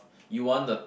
you want the